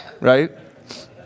right